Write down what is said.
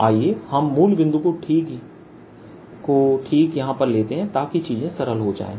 आइए हम मूल बिंदु को ठीक है यहां पर लेते हैं ताकि चीजें सरल हो जाएं